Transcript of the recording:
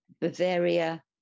Bavaria